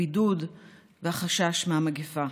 הבידוד והחשש מהמגפה.